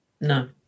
No